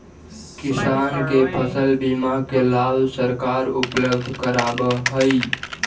किसान के फसल बीमा के लाभ सरकार उपलब्ध करावऽ हइ